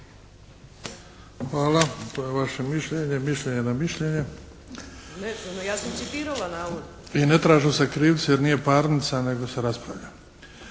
Hvala. To je vaše mišljenje. Mišljenje na mišljenje i ne traže se krivci jer nije parnica, nego se raspravlja.